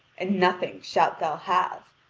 and nothing shalt thou have.